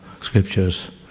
Scriptures